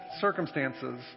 circumstances